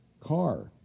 car